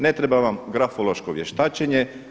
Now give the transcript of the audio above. Ne treba vam grafološko vještačenje.